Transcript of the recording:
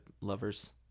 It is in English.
lovers